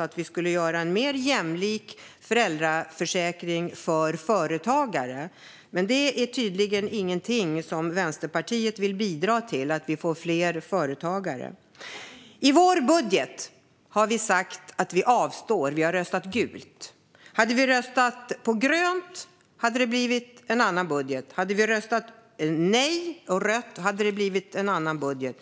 att vi vill göra en mer jämlik föräldraförsäkring för företagare. Men att vi får fler företagare är tydligen ingenting som Vänsterpartiet vill bidra till. Vad gäller budgeten har vi sagt att vi avstår. Vi har röstat gult. Hade vi röstat grönt hade det blivit en budget, hade vi röstat rött - nej - hade det blivit en annan budget.